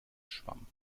schwamm